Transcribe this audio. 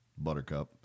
Buttercup